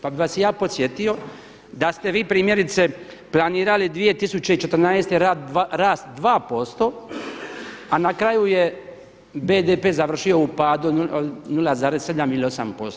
Pa bi vas ja podsjetio da ste vi primjerice planirali 2014. rast 2% a na kraju je BDP završio u padu 0,7 ili 8%